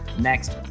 next